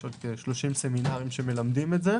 יש עוד כ-30 סמינרים שמלמדים את זה.